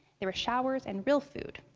there were showers and real food.